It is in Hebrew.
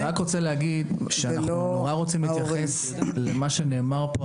אני רק רוצה להגיד שאנחנו נורא רוצים להתייחס למה שנאמר פה,